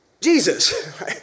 Jesus